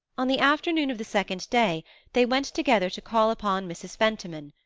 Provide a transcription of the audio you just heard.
on the afternoon of the second day they went together to call upon mrs. fentiman,